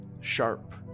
sharp